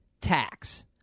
tax